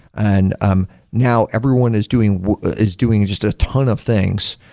and um now everyone is doing is doing just a ton of things,